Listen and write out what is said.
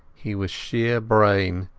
he was sheer brain,